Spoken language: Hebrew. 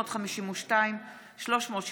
פ/352/23,